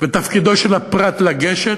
ותפקידו של הפרט לגשת.